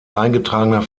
eingetragener